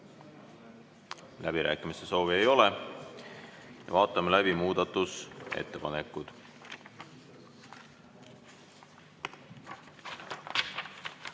Läbirääkimiste soovi ei ole. Vaatame läbi muudatusettepanekud.